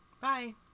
bye